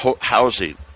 housing